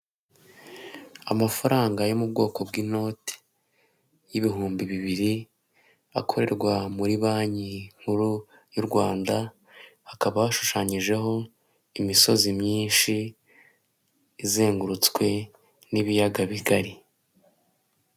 Amafaranga yo mu bwoko bw'inoti y'ibihumbi bibiri akorerwa muri banki nkuru y' u Rwanda hakaba hashushanyijeho imisozi myinshi izengurutswe n'ibiyaga bigari.